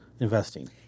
Investing